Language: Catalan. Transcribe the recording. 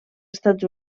estats